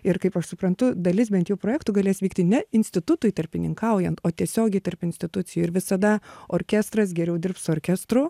ir kaip aš suprantu dalis bent jau projektų galės vykti ne institutui tarpininkaujant o tiesiogiai tarp institucijų ir visada orkestras geriau dirbs su orkestru